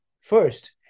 first